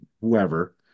whoever